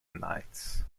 knights